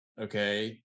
Okay